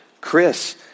Chris